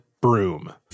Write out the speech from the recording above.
broom